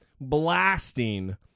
blasting